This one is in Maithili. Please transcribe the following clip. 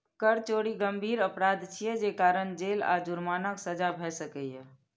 कर चोरी गंभीर अपराध छियै, जे कारण जेल आ जुर्मानाक सजा भए सकैए